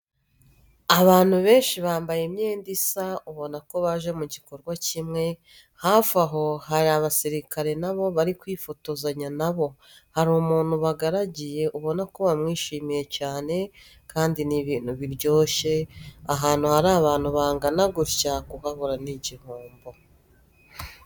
Abantu benshi bambaye imyenda isa ubona ko baje mu gikorwa kimwe, hafi aho hari abasirikare na bo bari kwifotozanya na bo. Hari umuntu bagaragiye ubona ko bamwishimiye cyane kandi ni ibintu biryoshye, ahantu hari abantu bangana gutya kuhabura ni igihombo.